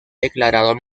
declarado